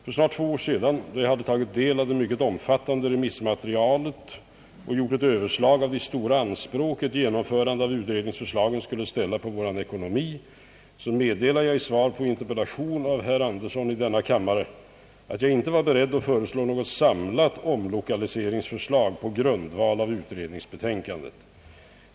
För snart två år sedan, då jag hade tagit del av det mycket omfattande remissmaterialet och gjort ett överslag av de stora anspråk ett genomförande av utredningsförslagen skulle ställa på vår ekonomi, meddelade jag i svar på interpellation av herr Andersson i denna kammare att jag inte var beredd att föreslå något samlat omlokaliseringsförslag på grundval av utredningsbetänkandet.